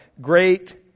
Great